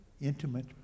intimate